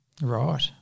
Right